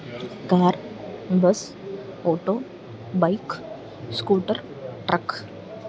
car bus auto bike scooter truck